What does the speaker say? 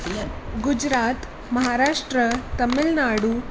Gujarat Maharashtra Tamil Nadu